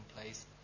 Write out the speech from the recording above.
place